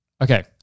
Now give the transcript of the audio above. Okay